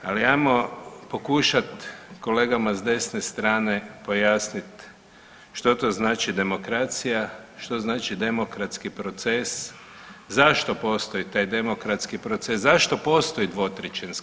Ali ajmo pokušat kolegama s desne strane pojasnit što to znači demokracija, što znači demokratski proces, zašto postoji taj demokratski proces, zašto postoji 2/